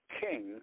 king